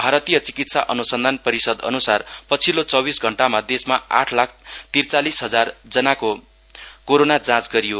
भारतीय चिकित्सा अनुसन्धान परिषद अनुसार पछिल्लो चौबीस घण्टामा देशमा आट लाख तीर्चालीस हजारजनाको कोरोना जाँच गरियो